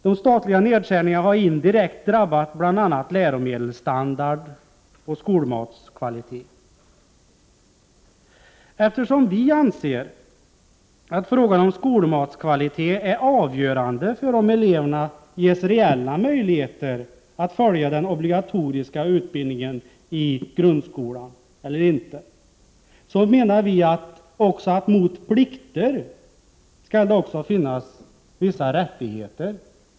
De statliga nedskärningarna har indirekt drabbat bl.a. läromedelsstandard och skolmatskvalitet. Vi anser att frågan om skolmatskvaliteten är avgörande för om eleverna ges reella möjligheter att följa den obligatoriska utbildningen i grundskolan. Vi menar att plikter skall motsvaras av rättigheter.